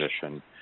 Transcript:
position